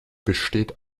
besteht